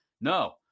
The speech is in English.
No